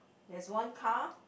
there is one car